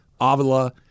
Avila